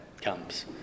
comes